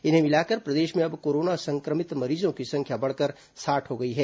इन्हें मिलाकर प्रदेश में अब कोरोना संक्रमित मरीजों की संख्या बढ़कर साठ हो गई है